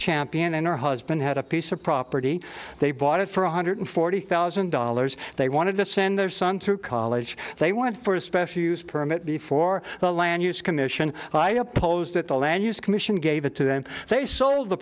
champion and her husband had a piece of property they bought it for one hundred forty thousand dollars they wanted to send their son to college they wanted for a special use permit before the land use commission i opposed that the land use commission gave it to them they sold the